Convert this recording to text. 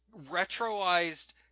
retroized